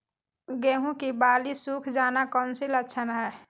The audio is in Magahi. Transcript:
गेंहू की बाली सुख जाना कौन सी लक्षण है?